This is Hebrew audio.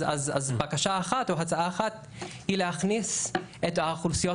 אז בקשה אחת או הצעה אחת היא להכניס את האוכלוסיות